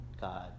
God